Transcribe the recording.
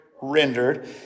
rendered